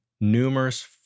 Numerous